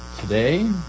Today